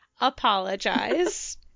apologize